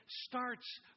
starts